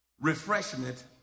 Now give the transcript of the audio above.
refreshment